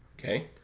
Okay